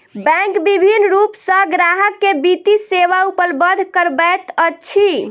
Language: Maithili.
बैंक विभिन्न रूप सॅ ग्राहक के वित्तीय सेवा उपलब्ध करबैत अछि